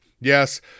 Yes